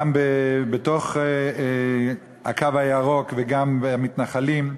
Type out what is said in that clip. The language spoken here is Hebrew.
גם בתוך הקו הירוק וגם המתנחלים.